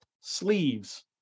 sleeves